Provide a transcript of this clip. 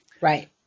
Right